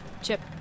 Chip